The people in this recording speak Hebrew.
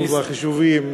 החישובים,